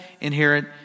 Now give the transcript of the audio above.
inherit